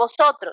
vosotros